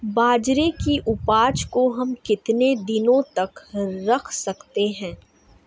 बाजरे की उपज को हम कितने दिनों तक रख सकते हैं?